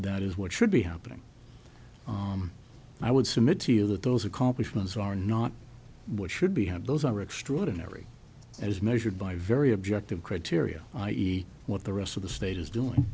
that is what should be happening i would submit to you that those accomplishments are not what should be had those are extraordinary as measured by very objective criteria i e what the rest of the state is doing